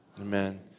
Amen